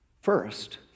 First